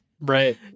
Right